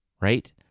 right